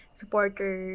supporter